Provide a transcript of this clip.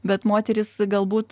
bet moterys galbūt